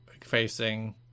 facing